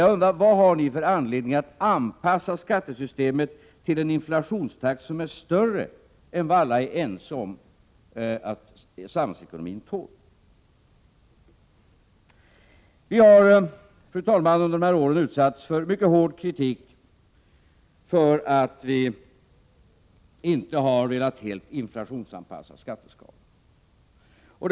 Jag undrar: Vad har ni för anledning att anpassa skattesystemet till en inflationstakt som är högre än vad alla är ense om att samhällsekonomin tål? Fru talman! Vi har under de här åren utsatts för mycket hård kritik för att vi inte har velat helt inflationsanpassa skatteskalorna.